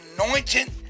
anointing